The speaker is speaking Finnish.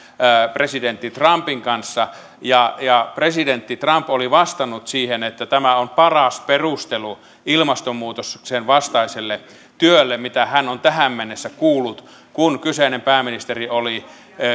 presidentti trumpin kanssa ja ja presidentti trump oli vastannut siihen että tämä on paras perustelu ilmastonmuutoksen vastaiselle työlle mitä hän on tähän mennessä kuullut kun kyseinen pääministeri oli